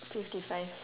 fifty five